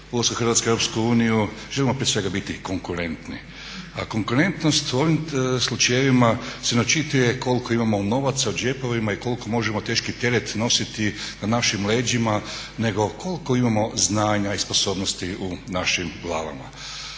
ulaska Hrvatske u EU želimo prije svega biti konkurentni. A konkurentnost u ovim slučajevima se ne očituje koliko imamo novaca u džepovima i koliko možemo teški teret nositi na našim leđima nego koliko imamo znanja i sposobnosti u našim glavama.